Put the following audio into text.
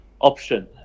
option